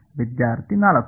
ವಿದ್ಯಾರ್ಥಿ 4